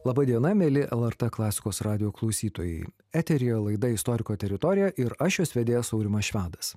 laba diena mieli lrt klasikos radijo klausytojai eteryje laida istoriko teritorija ir aš jos vedėjas aurimas švedas